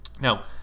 Now